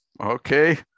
Okay